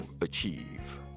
achieve